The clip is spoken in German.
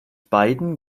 beiden